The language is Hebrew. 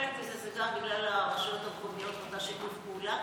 חלק מזה גם בגלל הרשויות המקומיות ושיתוף הפעולה.